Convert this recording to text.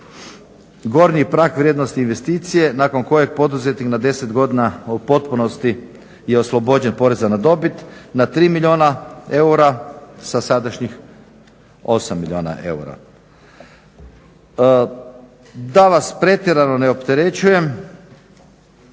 gornji prag vrijednosti investicije nakon kojeg poduzetnik na 10 godina u potpunosti je oslobođen poreza na dobit na 3 milijuna eura sa sadašnjih 8 milijuna eura. Da vas pretjerano ne opterećujem.